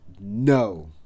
No